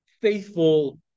faithful